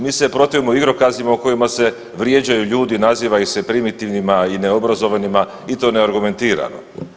Mi se protivimo igrokazima u kojima se vrijeđaju ljudi, naziva ih se primitivnima i neobrazovanima i to neargumentirano.